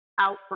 out